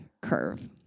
curve